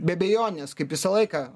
be abejonės kaip visą laiką